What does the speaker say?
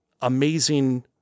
amazing